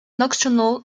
nocturnal